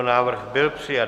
Návrh byl přijat.